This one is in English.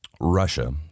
Russia